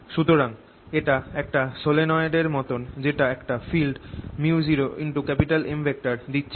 সুতরাং এটা একটা সলিনয়েড এর মতন যেটা একটা ফিল্ড µ0M দিচ্ছিল